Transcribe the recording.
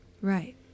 Right